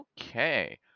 Okay